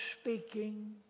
speaking